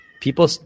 people